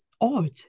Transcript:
odd